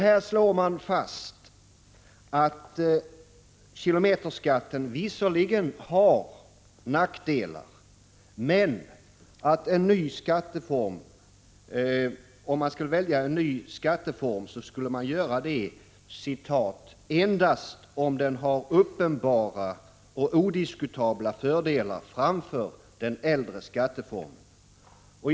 Här slår man bl.a. fast att kilometerskatten visserligen har nackdelar, men om man skulle välja en ny skatteform skulle man göra det ”endast om den har uppenbara och odiskutabla fördelar framför den äldre skatteformen”.